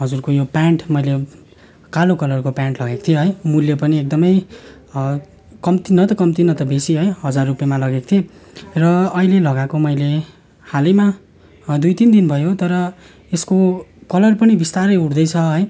हजुरको यो पेन्ट मैले कालो कलरको पेन्ट लगेको थिएँ है मूल्य पनि एकदमै कम्ती न त कम्ती न त बेसी है हजार रुपियाँमा लगेको थिएँ र अहिले लगाएको मैले हालैमा दुई तिन दिन भयो तर यसको कलर पनि बिस्तारै उड्दैछ है